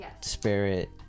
spirit